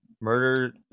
Murder